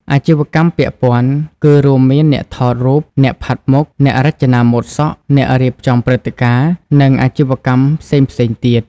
អាជីវកម្មពាក់ព័ន្ធ គឺរួមមានអ្នកថតរូប អ្នកផាត់មុខ អ្នករចនាម៉ូដសក់ អ្នករៀបចំព្រឹត្តិការណ៍ និងអាជីវកម្មផ្សេងៗទៀត។